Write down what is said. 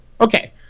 Okay